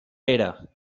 era